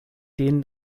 den